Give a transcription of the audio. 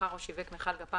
מכר או שיווק מכל גפ"מ,